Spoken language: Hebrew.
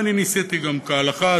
וגם אני נישאתי כהלכה,